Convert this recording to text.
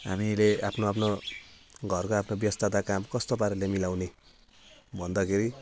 हामीले आफ्नो आफ्नो घरको आफ्नो व्यस्तता काम कस्तो पाराले मिलाउने भन्दाखेरि